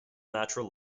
natural